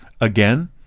Again